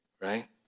Right